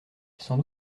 sans